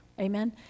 amen